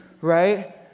right